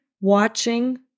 watching